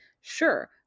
Sure